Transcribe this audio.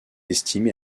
estimé